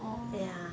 orh